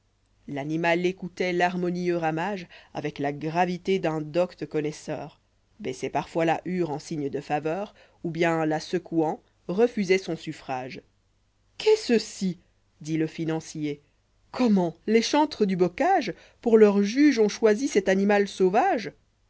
animal écoutait l'harmonieux ramage avec la gravité d'un docte connoisseurj baissoit parfois la hure en signe de faveur ou bien la secouant refusoit son suffrage qu'est ceci dit lé financier wi fables comment les chantres du bocage pour leur juge ont choisi cet animal sauvage